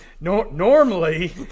Normally